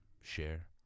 share